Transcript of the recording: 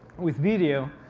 with video,